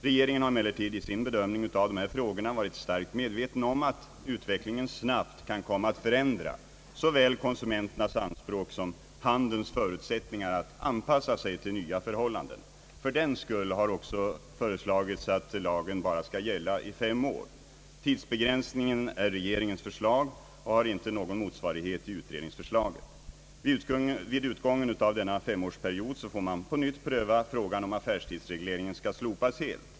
Regeringen har emellertid i sin bedömning av de här frågorna varit starkt medveten om att utvecklingen snabbt kan komma att förändra såväl konsumenternas anspråk som handelns förutsättningar att anpassa sig till nya förhållanden. Fördenskull har också föreslagits att lagen bara skall gälla i fem år. Tidsbegränsningen är regeringens förslag och har ingen motsvarighet i utredningsförslaget. Vid utgången av denna femårsperiod får man på nytt pröva frågan om affärstidsregleringen skall slopas helt.